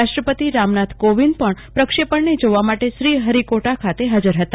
રાષ્ટ્રપતિ રામનાથ કોવિંદ પણ પ્રક્ષેપણ ને જોવા માટે શ્રી હરિકોટા ખાતે હાજર હતા